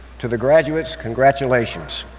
to the graduates, congratulaitions.